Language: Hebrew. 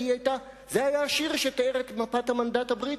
כי זה היה השיר שתיאר את מפת המנדט הבריטי.